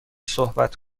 صحبت